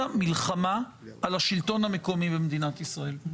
מלחמה על השלטון המקומי במדינת ישראל.